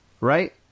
Right